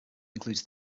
includes